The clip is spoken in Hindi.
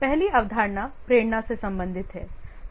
पहली अवधारणा प्रेरणा से संबंधित है